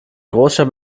großstadt